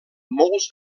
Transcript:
molts